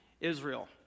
Israel